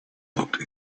looked